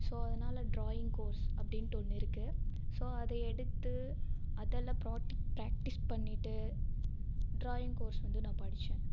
so அதனால drawing course அப்படின்ட்டு ஒன்று இருக்குது ஸோ அதை எடுத்து அதில் ப்ராட்டிக் பிரேக்டிஸ் பண்ணிவிட்டு டிராயிங் கோர்ஸ் வந்து நான் படித்தேன்